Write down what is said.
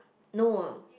no